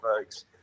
folks